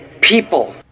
people